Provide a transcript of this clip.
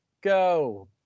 go